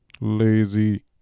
lazy